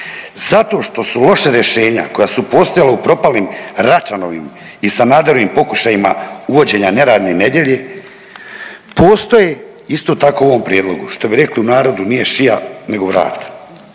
Zato što su loša rješenja koja su postojala u propalim Račanovim i Sanaderovim pokušajima uvođenja neradne nedjelje postoje isto tako u ovom prijedlogu. Što bi rekli u narodu, nije šija nego vrat.